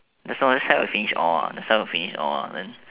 that's all last time we finish all last time we finish all ah then